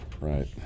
right